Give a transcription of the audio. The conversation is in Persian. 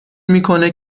میکنه